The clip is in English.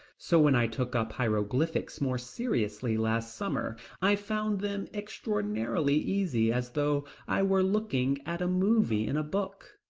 so when i took up hieroglyphics more seriously last summer, i found them extraordinarily easy as though i were looking at a movie in a book.